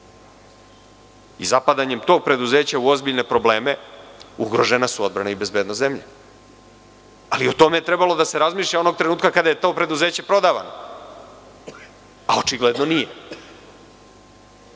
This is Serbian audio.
Zapadanjem tog preduzeća u ozbiljne probleme ugrožene su odbrana i bezbednost zemlje, ali o tome je trebalo da se razmišlja onog trenutka kada je to preduzeće prodavano, a očigledno nije.